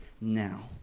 now